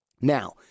Now